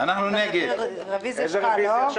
נגד הרוויזיה.